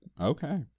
okay